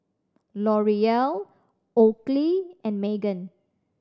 L'Oreal Oakley and Megan